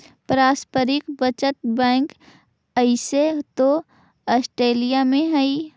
पारस्परिक बचत बैंक ओइसे तो ऑस्ट्रेलिया में हइ